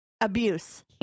Abuse